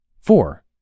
Four